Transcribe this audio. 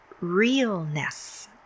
realness